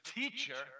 teacher